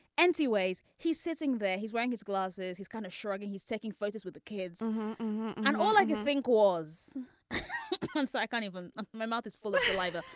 anyways he's sitting there he's wearing his glasses. he's kind of shrugging he's taking photos with the kids and all i could think was i'm so i can't even my mouth is full of labor.